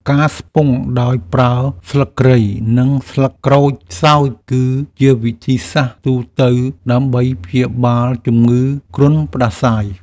ការឆ្ពង់ដោយប្រើស្លឹកគ្រៃ និងស្លឹកក្រូចសើច គឺជាវិធីសាស្ត្រទូទៅដើម្បីព្យាបាលជំងឺគ្រុនផ្តាសាយ។